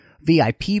vip